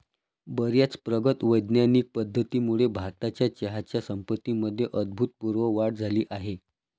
बर्याच प्रगत वैज्ञानिक पद्धतींमुळे भारताच्या चहाच्या संपत्तीमध्ये अभूतपूर्व वाढ झाली आहे